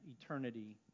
eternity